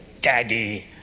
Daddy